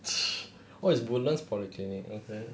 oh it's woodlands polyclinic okay